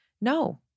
No